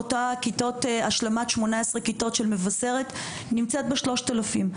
השלמת 18 כיתות של מבשרת נמצאת ב-3,000.